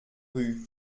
rue